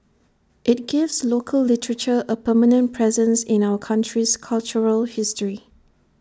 IT gives local literature A permanent presence in our country's cultural history